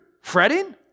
Fretting